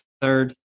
third